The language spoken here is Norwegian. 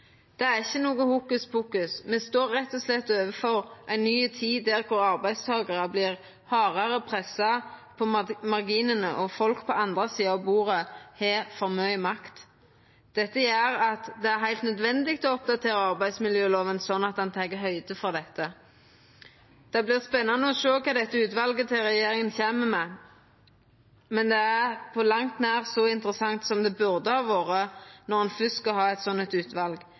Det er ikkje noko hokuspokus. Me står rett og slett overfor ei ny tid, der arbeidstakarar vert hardare pressa på marginane, og der folk på den andre sida av bordet har for mykje makt. Dette gjer at det er heilt nødvendig å oppdatera arbeidsmiljøloven, slik at han tek høgd for dette. Det vert spennande å sjå kva utvalet til regjeringa kjem med, men det er på langt nær så interessant som det burde ha vore når ein fyrst skal ha eit sånt utval.